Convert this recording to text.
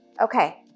Okay